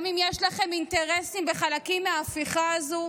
גם אם יש לכם אינטרסים בחלקים מההפיכה הזו,